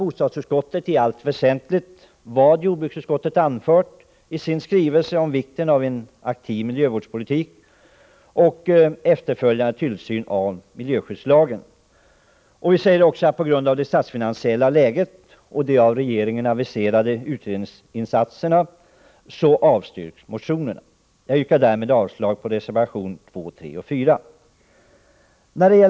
Bostadsutskottet instämmer i allt väsentligt i vad jordbruksutskottet har anfört i sitt yttrande om vikten av en aktiv miljövårdspolitik och efterföljande tillsyn av miljöskyddslagen. På grund av det statsfinansiella läget och de av regeringen aviserade utredningsinsatserna avstyrks motionerna. Jag yrkar därmed avslag på reservationerna 2, 3 och 4.